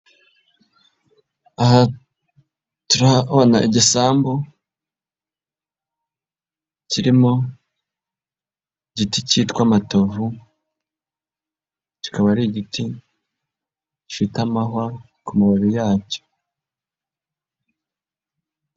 Aha turabona igisambu kirimo igiti kitwa amatovu, kikaba ari igiti gifite amahwa ku mababi yacyo.